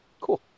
cool